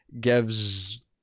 gives